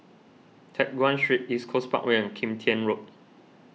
Teck Guan Street East Coast Parkway and Kim Tian Road